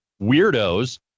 weirdos